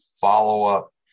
follow-up